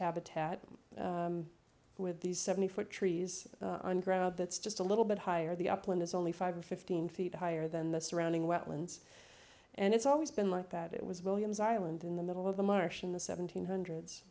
habitat with these seventy foot trees on growth that's just a little bit higher the upland is only five or fifteen feet higher than the surrounding wetlands and it's always been like that it was williams island in the middle of the marsh in the seventeenth hundreds